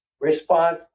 response